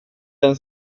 ens